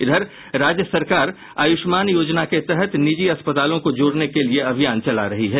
इधर राज्य सरकार आयुष्मान योजना के तहत निजी अस्पतालों को जोड़ने के लिये अभियान चला रही है